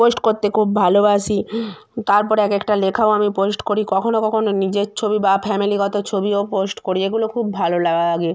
post করতে খুব ভালোবাসি তারপর এক একটা লেখাও আমি পোস্ট করি কখনো কখনো নিজের ছবি বা ফামিলিগত ছবিও পোস্ট করি এগুলো খুব ভালো লাআগে